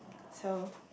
so